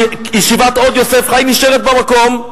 שישיבת "עוד יוסף חי" נשארת במקום,